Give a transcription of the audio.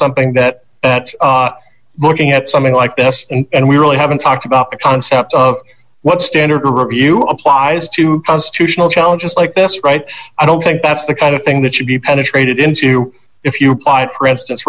something that looking at something like this and we really haven't talked about the concept of what standard review applies to constitutional challenges like this right i don't think that's the kind of thing that should be penetrated into you if you applied for instance